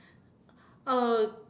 uh